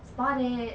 spot it